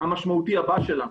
המשמעותי הבא שלנו.